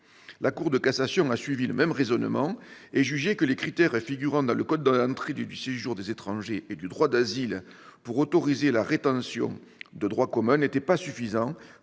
La Cour de cassation a suivi le même raisonnement et jugé que les critères figurant dans le code de l'entrée et du séjour des étrangers et du droit d'asile pour autoriser la rétention de droit commun n'étaient pas suffisants,